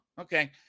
okay